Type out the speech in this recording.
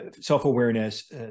self-awareness